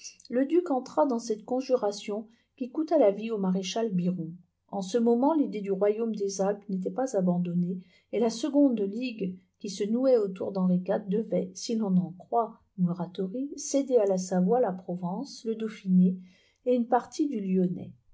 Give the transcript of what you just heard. le duc entra dans cette conjuration qui coûta la vie au maréchal biron en ce moment l'idée du royaume des alpes n'était pas abandonnée et la seconde ligue qui se nouait autour d'henri iv devait si ton en croit muratori céder à la savoie la provence le dauphiné et une partie du lyonnais